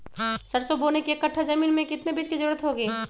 सरसो बोने के एक कट्ठा जमीन में कितने बीज की जरूरत होंगी?